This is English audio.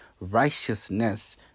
righteousness